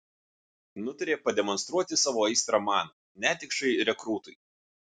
nutarė pademonstruoti savo aistrą man netikšai rekrūtui